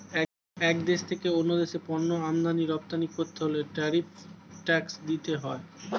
এক দেশ থেকে অন্য দেশে পণ্য আমদানি রপ্তানি করতে হলে ট্যারিফ ট্যাক্স দিতে হয়